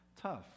tough